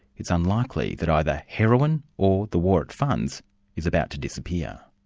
it's unlikely that either heroin or the war it funds is about to disappear.